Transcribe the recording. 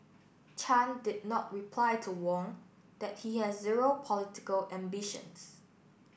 Chan did not reply to Wong that he has zero political ambitions